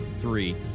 Three